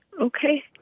Okay